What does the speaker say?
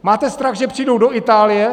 Máte strach, že přijdou do Itálie?